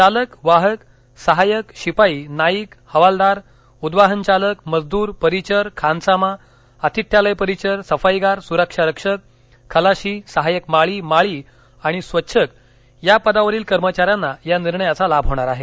चालक वाहक सहाय्यक शिपाई नाईक हवालदार उद्वाहन चालक मजद्र परिचर खानसामा अतिथ्यालय परिचर सफाईगार सुरक्षा रक्षक खलाशी सहाय्यक माळी माळी आणि स्वच्छक या पदावरील कर्मचाऱ्यांना या निर्णयाचा लाभ होणार आहे